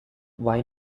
why